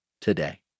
today